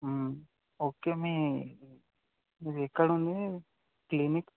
okay మీ ఇది ఎక్కడ ఉంది క్లీనిక్